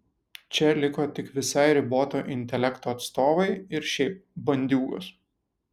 čia liko tik visai riboto intelekto atstovai ir šiaip bandiūgos